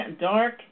dark